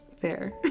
fair